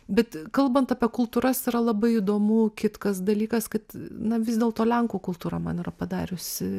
bet kalbant apie kultūras yra labai įdomu kitkas dalykas kad na vis dėlto lenkų kultūra man yra padariusi